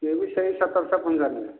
ସିଏ ବି ସେଇ ସତରଶହ ପଞ୍ଚାନବେ